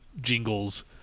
jingles